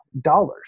dollars